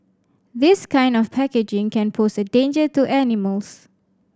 this kind of packaging can pose a danger to animals